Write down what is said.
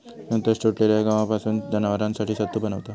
संतोष तुटलेल्या गव्हापासून जनावरांसाठी सत्तू बनवता